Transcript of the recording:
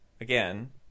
again